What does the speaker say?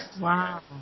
Wow